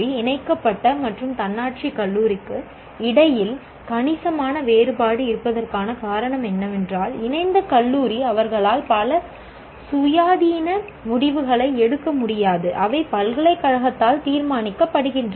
இணைக்கப்பட்ட மற்றும் தன்னாட்சி கல்லூரிக்கு இடையில் கணிசமான வேறுபாடு இருப்பதற்கான காரணம் என்னவென்றால் இணைந்த கல்லூரி அவர்களால் பல சுயாதீன முடிவுகளை எடுக்க முடியாது அவை பல்கலைக்கழகத்தால் தீர்மானிக்கப்படுகின்றன